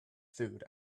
food